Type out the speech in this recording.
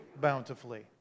bountifully